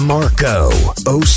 Marco